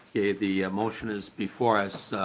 the motion is before us.